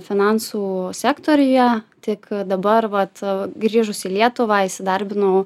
finansų sektoriuje tik dabar vat grįžus į lietuvą įsidarbinau